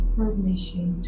permission